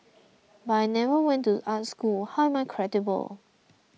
but I never went to art school how am I credible